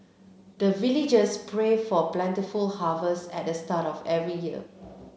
the villagers pray for plentiful harvest at the start of every year